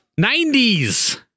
90s